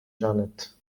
janet